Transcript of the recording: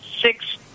six